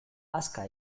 hazka